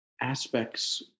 aspects